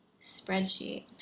spreadsheet